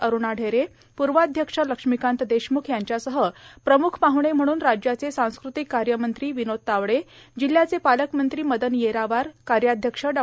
अरुणा ढेरे पूवाध्यक्ष लक्ष्मीकांत देशमुख यांच्यासह प्रमुख पाहुणे म्हणून राज्याचे सांस्कृतिक कायमंत्री र्विनोद तावडे जिल्ह्याचे पालकमंत्री मदन येरावार कायाध्यक्ष डॉ